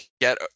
get